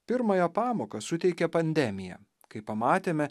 pirmąją pamoką suteikė pandemija kai pamatėme